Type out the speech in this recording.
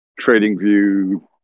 TradingView